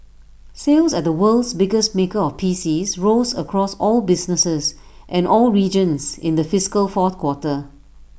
sales at the world's biggest maker of PCs rose across all businesses and all regions in the fiscal fourth quarter